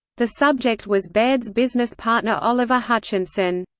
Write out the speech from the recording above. the subject was baird's business partner oliver hutchinson.